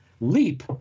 leap